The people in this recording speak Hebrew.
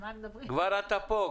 אתה פה,